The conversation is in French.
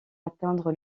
atteindre